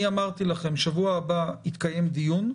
אני אמרתי לכם, שבוע הבא יתקיים דיון.